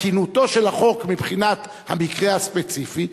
תקינותו של החוק מבחינת המקרה הספציפי,